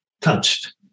touched